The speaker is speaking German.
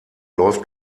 läuft